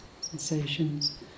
sensations